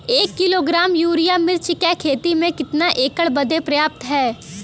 एक kilogram urea मिर्च क खेती में कितना एकड़ बदे पर्याप्त ह?